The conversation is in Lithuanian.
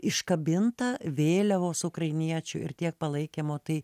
iškabinta vėliavos ukrainiečių ir tiek palaikymo tai